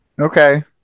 okay